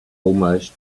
almost